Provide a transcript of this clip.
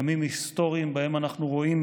ימים היסטוריים, שבהם אנחנו רואים